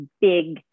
big